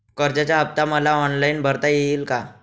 कर्जाचा हफ्ता मला ऑनलाईन भरता येईल का?